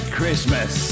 Christmas